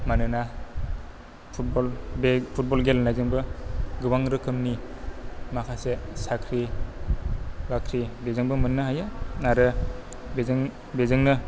मानोना फुटबल बे फुटबल गेलेनायजोंबो गोबां रोखोमनि माखासे साख्रि बाख्रि बेजोंबो मोन्नो हायो आरो बेजोंनो